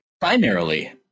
Primarily